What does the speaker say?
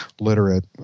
literate